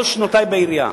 כל שנותי בעירייה,